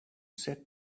said